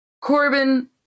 Corbin